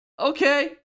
Okay